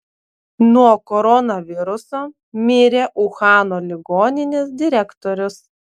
nuo koronaviruso mirė uhano ligoninės direktorius